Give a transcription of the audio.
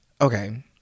Okay